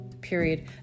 period